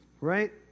right